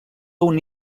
una